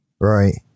right